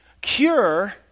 Cure